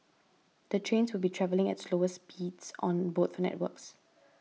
the trains would be travelling at slower speeds on both networks